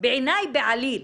בעליל בעיניי.